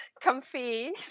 comfy